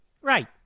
Right